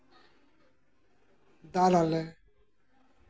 ᱫᱟᱞ ᱟᱞᱮ